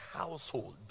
household